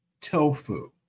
tofu